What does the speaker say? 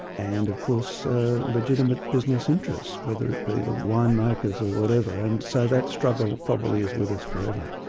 and of course legitimate business interests, whether it be the winemakers or whatever, and so that struggle probably is with us forever.